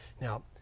Now